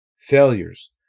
Failures